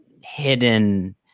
hidden